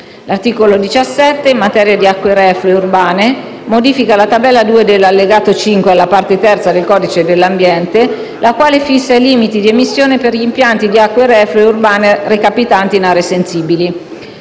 L'articolo 17, in materia di acque reflue urbane, modifica la tabella 2 dell'allegato 5 alla parte terza del codice dell'ambiente, la quale fissa limiti di emissione per gli impianti di acque reflue urbane recapitanti in aree sensibili.